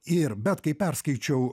ir bet kai perskaičiau